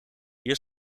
hier